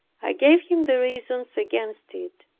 i gave him the reasons against it.